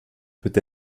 peut